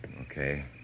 Okay